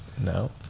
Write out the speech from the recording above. No